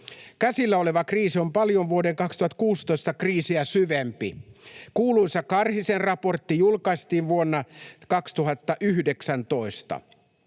Käsillä oleva kriisi on paljon vuoden 2016 kriisiä syvempi. Kuuluisa Karhisen raportti julkaistiin vuonna 2019.